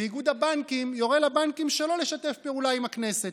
ואיגוד הבנקים יורה לבנקים לא לשתף פעולה עם הכנסת.